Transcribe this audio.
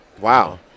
Wow